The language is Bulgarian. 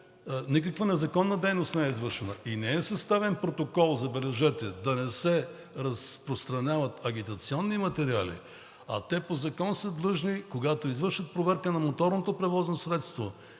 никаква незаконна дейност не е извършвана. И не е съставен протокол, забележете, да не се разпространяват агитационни материали, а те по закон са длъжни, когато извършат проверка на моторното превозно средства,